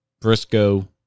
Briscoe